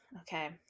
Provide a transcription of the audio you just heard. okay